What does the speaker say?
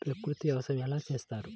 ప్రకృతి వ్యవసాయం ఎలా చేస్తారు?